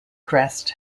crest